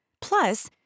Plus